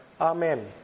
Amen